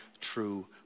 true